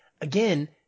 again